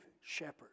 shepherd